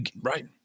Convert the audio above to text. Right